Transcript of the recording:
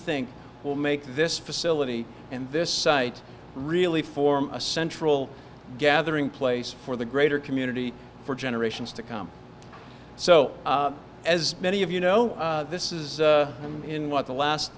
think will make this facility and this site really form a central gathering place for the greater community for generations to come so as many of you know this is in what the last